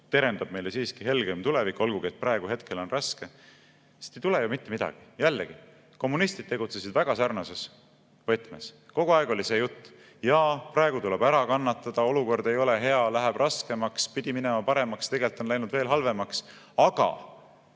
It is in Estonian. terendab helgem tulevik, olgugi et praegu on raske. Sellest ei tule mitte midagi! Jällegi, kommunistid tegutsesid väga sarnases võtmes. Kogu aeg oli see jutt, et praegu tuleb ära kannatada, olukord ei ole hea ja läheb raskemaks. Pidi minema paremaks, tegelikult on läinud veel halvemaks, aga